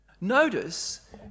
notice